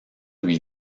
lui